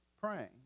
praying